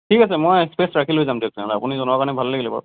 ঠিক আছে মই স্পেচ ৰাখি লৈ যাম দিয়ক তেনেহ'লে আপুনি জনোৱাৰ কাৰণে ভাল লাগিলে বাৰু